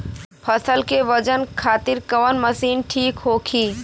फसल के वजन खातिर कवन मशीन ठीक होखि?